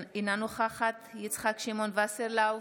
אינה נוכחת יצחק שמעון וסרלאוף,